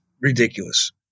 Ridiculous